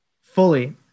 Fully